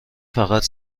فقط